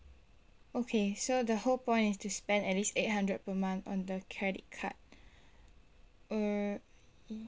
okay so the whole point is to spend at least eight hundred per month on the credit card err